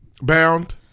bound